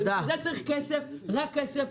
בשביל זה צריך כסף, רק כסף.